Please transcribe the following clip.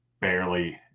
Barely